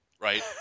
right